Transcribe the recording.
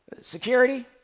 Security